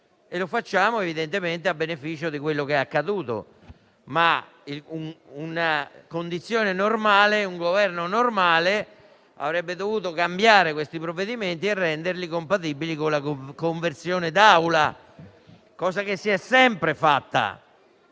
e lo facciamo, evidentemente, a beneficio di quello che è accaduto. In una condizione normale, un Governo normale avrebbe invece dovuto cambiare questi provvedimenti e renderli compatibili con la conversione dell'Assemblea, cosa che si è sempre fatta